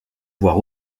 voire